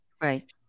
Right